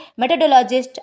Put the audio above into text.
methodologist